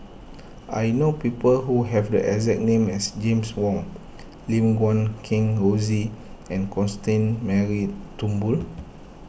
I know people who have the exact name as James Wong Lim Guat Kheng Rosie and Constance Mary Turnbull